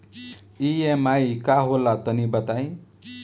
EMI का होला तनि बताई?